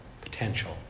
potential